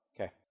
Okay